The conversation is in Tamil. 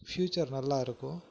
ஃபியூச்சர் நல்லா இருக்கும்